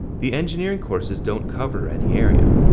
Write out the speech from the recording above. the engineering courses don't cover any area.